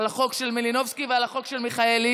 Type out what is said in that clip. על החוק של מלינובסקי ועל החוק של מיכאלי,